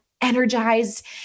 energized